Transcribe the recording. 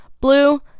Blue